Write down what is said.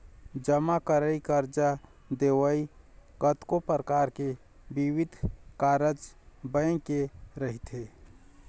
जमा करई, करजा देवई, कतको परकार के बिबिध कारज बेंक के रहिथे